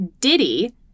diddy